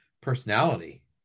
personality